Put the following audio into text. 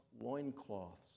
loincloths